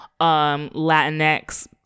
latinx